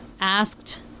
asked